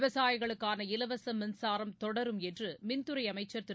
விவசாயிகளுக்கான இலவச மின்சாரம் தொடரும் என்று மின்துறை அமைச்சர் திரு